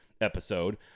episode